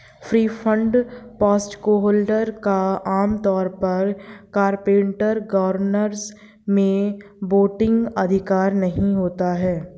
preferred stockholder का आम तौर पर कॉरपोरेट गवर्नेंस में वोटिंग अधिकार नहीं होता है